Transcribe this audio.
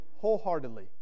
wholeheartedly